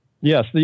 Yes